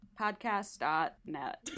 podcast.net